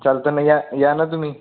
चालतं आहे ना या या ना तुम्ही